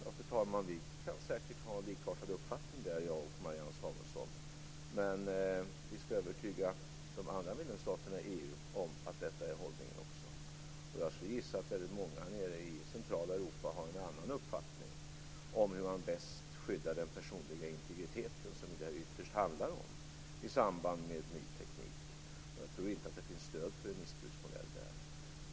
Fru talman! Vi kan säkert ha en likartad uppfattning om det, jag och Marianne Samuelsson. Men vi skall också övertyga de andra medlemsstaterna i EU om att detta är den riktiga hållningen. Jag skulle gissa att väldigt många nere i centrala Europa har en annan uppfattning om hur man bäst skyddar den personliga integriteten, som det ytterst handlar om, i samband med ny teknik. Jag tror inte att det finns stöd för en missbruksmodell där.